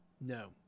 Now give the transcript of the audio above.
no